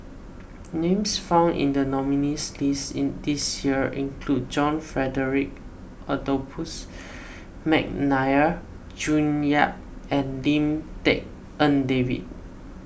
names found in the nominees' list in this year include John Frederick Adolphus McNair June Yap and Lim Tik En David